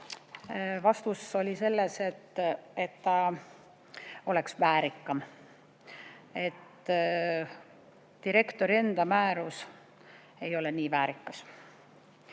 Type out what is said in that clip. Vastus oli, et oleks väärikam. Direktori enda määrus ei ole nii väärikas.